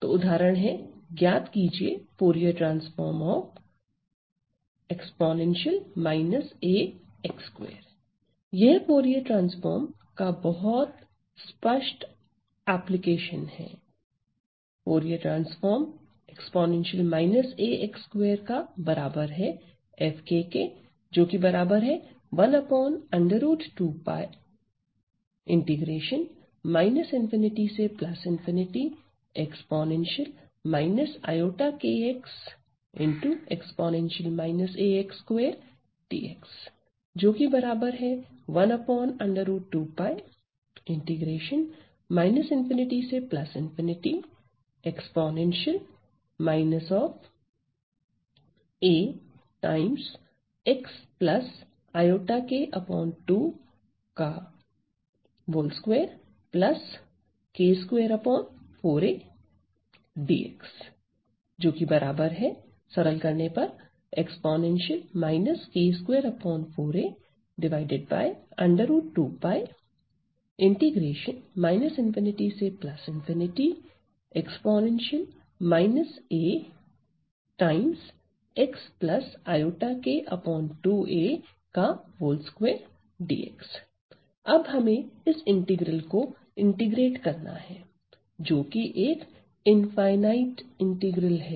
तो उदाहरण है ज्ञात कीजिए यह फूरिये ट्रांसफॉर्म का बहुत स्पष्ट अनुप्रयोग है अब हमें इस इंटीग्रल को इंटीग्रेट करना है जोकि एक इनफायनाइट इंटीग्रल है